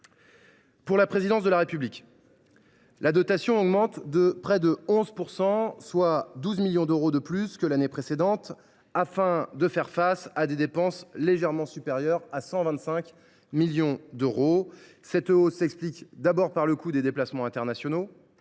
Pour la présidence de la République, la dotation augmente de près de 11 %, soit 12 millions d’euros de plus que l’année précédente, afin de faire face à des dépenses légèrement supérieures à 125 millions d’euros. Cette hausse s’explique par le coût des déplacements internationaux